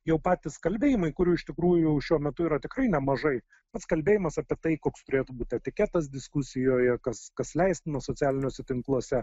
jau patys kalbėjimai kurių iš tikrųjų šiuo metu yra tikrai nemažai pats kalbėjimas apie tai koks turėtų būti etiketas diskusijoje kas kas leistina socialiniuose tinkluose